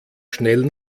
schnell